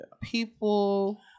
people